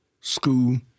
school